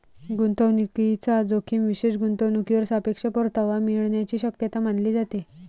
गुंतवणूकीचा जोखीम विशेष गुंतवणूकीवर सापेक्ष परतावा मिळण्याची शक्यता मानली जाते